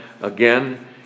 again